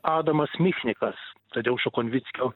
adamas michnikas tadeušo konvickio